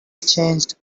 changed